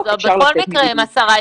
אפשר לצאת מבידוד.